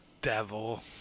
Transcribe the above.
Devil